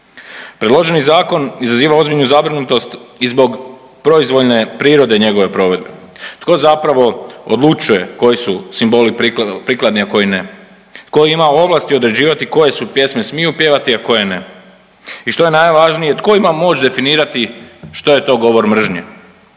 Predloženi zakon izaziva ozbiljnu zabrinutost i zbog proizvoljne prirode njegove provedbe. Tko zapravo odlučuje koji su simboli prikladni a koji ne? Tko ima ovlasti određivati koje se pjesme smiju pjevati, a koje ne? I što je najvažnije tko ima moć definirati što je to govor mržnje.